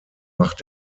macht